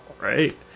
right